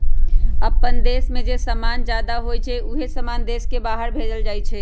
अप्पन देश में जे समान जादा होई छई उहे समान देश के बाहर भेजल जाई छई